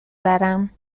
برم